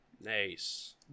Nice